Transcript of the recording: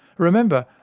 remember,